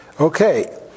Okay